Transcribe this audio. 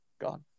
gone